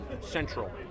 Central